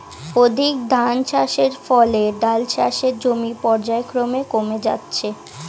অধিক ধানচাষের ফলে ডাল চাষের জমি পর্যায়ক্রমে কমে যাচ্ছে